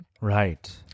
Right